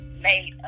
made